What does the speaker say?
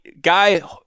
guy